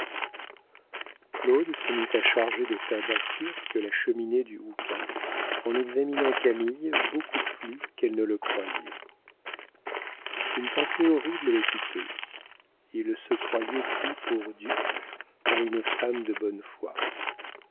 claude se mit à charger de tabac turc la cheminée du houka en examinant camille beaucoup plus qu'elle ne le croyait une pensée horrible l'occupait il se croyait pris pour dupe par une femme de bonne foi